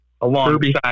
alongside